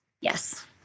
Yes